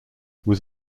was